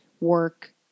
work